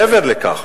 מעבר לכך,